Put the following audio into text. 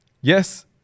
yes